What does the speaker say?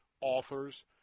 authors